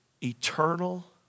eternal